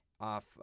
Off